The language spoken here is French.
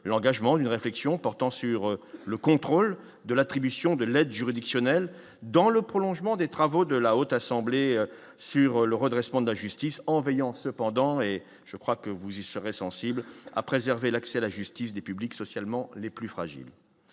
l'engagement une réflexion portant sur le contrôle de l'attribution de l'aide juridictionnelle, dans le prolongement des travaux de la Haute Assemblée sur le redressement de la justice en veillant cependant et je crois que vous y serez sensible à préserver l'accès à la justice des publics socialement les plus fragiles,